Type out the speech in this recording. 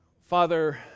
Father